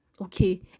Okay